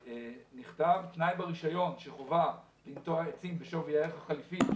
נכתב תנאי ברשיון שחובה לנטוע עצים בשווי הערך החליפי.